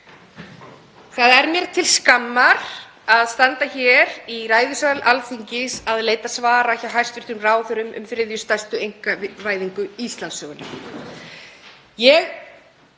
Það er mér til skammar að standa hér í ræðusal Alþingis að leita svara hjá hæstv. ráðherrum um þriðju stærstu einkavæðingu Íslandssögunnar.